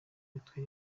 mitwe